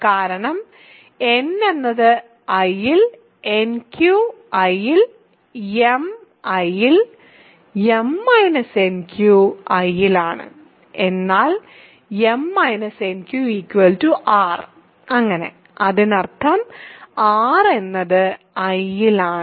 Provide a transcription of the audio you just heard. കാരണം n എന്നത് I ൽ nq I ലും m I ൽ m nq I ലും ആണ് എന്നാൽ m - nq r അങ്ങനെ അതിനർത്ഥം r എന്നത് I ലാണ്